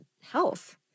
health